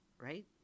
right